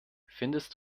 findest